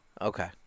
Okay